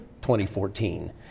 2014